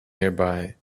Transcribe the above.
nearby